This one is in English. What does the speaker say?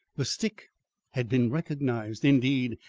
the stick had been recognised. indeed,